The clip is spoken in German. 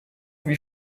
wie